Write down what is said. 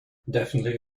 definitely